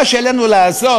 מה שעלינו לעשות,